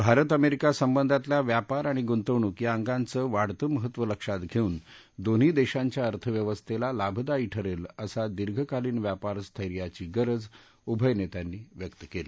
Bharat America संबंधातल्या व्यापार आणि गुंतवणूक या अंगाचं वाढतं महत्व लक्षात घेऊन दोन्ही देशांच्या अर्थव्यवस्थेला लाभादायी ठरेल अशा दीर्घकालीन व्यापार स्थैर्याची गरज उभय नेत्यांनी व्यक्त केली